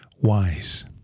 Wise